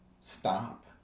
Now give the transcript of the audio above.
stop